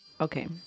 Okay